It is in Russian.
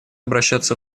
обращаться